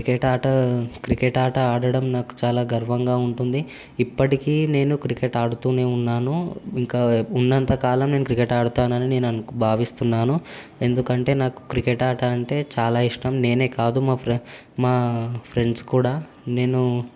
cricket ఆట cricket ఆట ఆడడం నాకు చాలా గర్వంగా ఉంటుంది ఇప్పటికీ నేను క్రికెట్ ఆడుతూనే ఉన్నాను ఇంకా ఉన్నంతకాలం నేను క్రికెట్ ఆడతానని నేను భావిస్తున్నాను ఎందుకంటే నాకు క్రికెట్ ఆట అంటే చాలా ఇష్టం నేనే కాదు మా ఫ్రెండ్ మా ఫ్రెండ్స్ కూడా నేను